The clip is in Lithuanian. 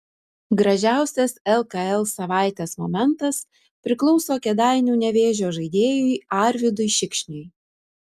gražiausias lkl savaitės momentas priklauso kėdainių nevėžio žaidėjui arvydui šikšniui